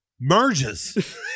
merges